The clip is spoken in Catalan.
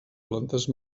plantes